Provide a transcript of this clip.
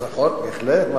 נכון, בהחלט.